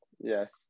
yes